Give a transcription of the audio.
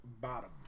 bottom